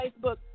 Facebook